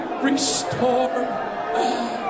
restore